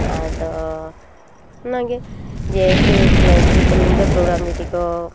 ᱟᱫᱚ ᱚᱱᱟᱜᱮ ᱡᱮ ᱮᱠᱴᱩ ᱢᱟᱱᱮ ᱡᱩᱫᱤ ᱠᱚ ᱧᱤᱫᱟᱹ ᱯᱳᱜᱨᱟᱢ ᱡᱩᱫᱤ ᱠᱚ